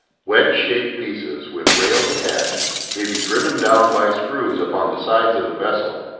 wedge-shaped pieces with rails attached may be driven down by screws upon the sides of the vessel,